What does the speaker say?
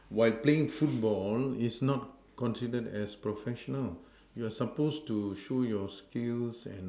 while playing football is not considered as professional you are supposed to show your skills and